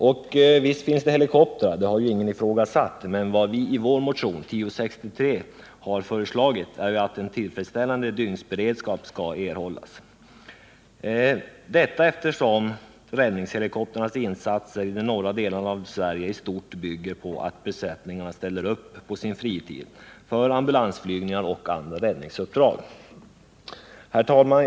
Och visst finns det helikoptrar — det har ingen ifrågasatt — men vad vi i vår motion 1063 har föreslagit är att en tillfredsställande dygnsberedskap skall erhållas, eftersom räddningshelikoptrarnas insatser i de norra delarna av Sverige i stort sett bygger på att besättningarna ställer upp på sin fritid för ambulansflygningar och andra räddningsuppdrag. Herr talman!